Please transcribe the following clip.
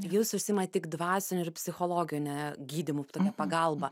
jūs užsiimat tik dvasiniu ir psichologine gydymu tokia pagalba